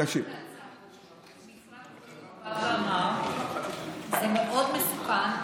יצאה המלצה, משרד הבריאות בא ואמר שזה מאוד מסוכן.